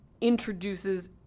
introduces